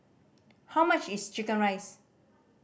how much is chicken rice